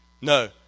No